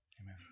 Amen